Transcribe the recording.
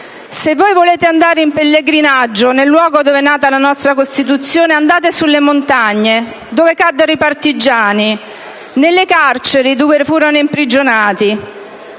«Se voi volete andare in pellegrinaggio nel luogo dove è nata la nostra Costituzione, andate nelle montagne dove caddero i partigiani, nelle carceri dove furono imprigionati,